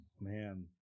Man